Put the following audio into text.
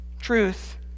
Truth